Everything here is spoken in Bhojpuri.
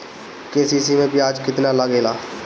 के.सी.सी मै ब्याज केतनि लागेला?